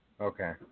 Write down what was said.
Okay